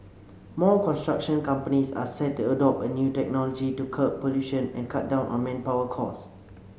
more construction companies are set to adopt a new technology to curb pollution and cut down on manpower costs